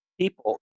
people